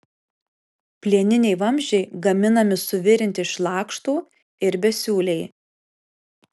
plieniniai vamzdžiai gaminami suvirinti iš lakštų ir besiūliai